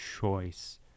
choice